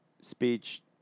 speech